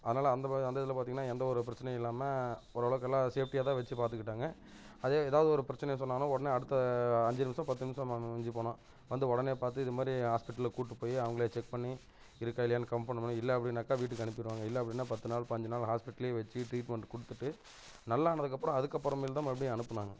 அதனால அந்த அந்த இதில் பார்த்திங்கனா எந்த ஒரு பிரச்சனையும் இல்லாமல் ஓரளவுக்கு எல்லாம் சேஃப்டியாக தான் வச்சு பாத்துக்கிட்டாங்க அதே ஏதாவது ஒரு பிரச்சனையை சொன்னாலும் உடனே அடுத்த அஞ்சு நிமிஷம் பத்து நிமிஷம் ஆகும் மிஞ்சி போனால் வந்த உடனே பார்த்து இதுமாதிரி ஹாஸ்பிட்டலில் கூட்டு போய் அவங்களே செக் பண்ணி இருக்கா இல்லையானு இல்லை அப்படினாக்கா வீட்டுக்கு அனுப்பிடுவாங்க இல்லை அப்படினா பத்து நாள் பதினஞ்சு நாள் ஹாஸ்பிட்டல்லேயே வச்சு ட்ரீட்மெண்ட் கொடுத்துட்டு நல்லா ஆனதுக்கப்புறம் அதுக்கப்புறம் மேல் தான் மறுபடியும் அனுப்புனாங்க